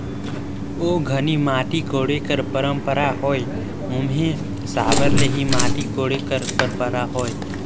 ओ घनी माटी कोड़े कर पंरपरा होए ओम्हे साबर ले ही माटी कोड़े कर परपरा होए